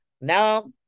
now